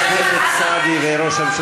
עם מי דיברת שם?